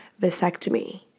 vasectomy